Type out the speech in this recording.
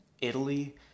Italy